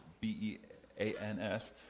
B-E-A-N-S